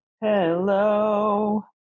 Hello